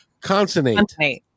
Consonate